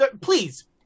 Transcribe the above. Please